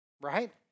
right